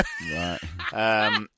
Right